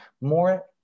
more